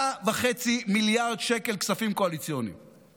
5.5 מיליארד שקל כספים קואליציוניים